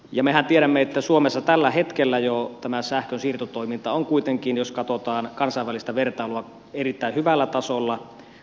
ja mehän tiedämme että suomessa jo tällä hetkellä tämä sähkönsiirtotoiminta on kuitenkin jos katsotaan kansainvälistä vertailua erittäin hyvällä tasolla